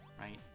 right